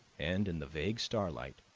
and, in the vague starlight,